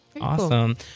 awesome